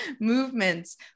movements